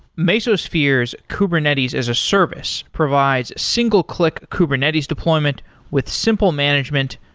mesosphere's kubernetes as a service provides single-click kubernetes deployment with simple management,